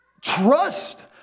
trust